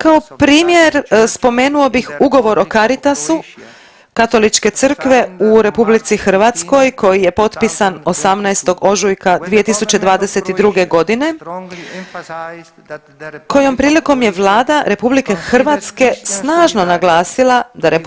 Kao primjer spomenuo bih Ugovor o Caritasu Katoličke crkve u RH koji je potpisan 18. ožujka 2022. godine kojom prilikom je Vlada RH snažno naglasila da RH